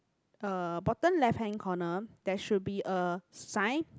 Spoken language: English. uh bottom left hand corner there should be a sign